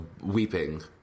weeping